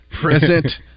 present